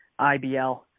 IBL